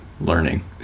learning